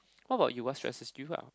what about you what stresses you up